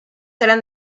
eran